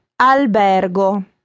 albergo